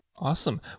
Awesome